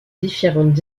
différentes